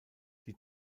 die